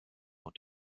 und